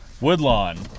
Woodlawn